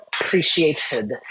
appreciated